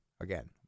again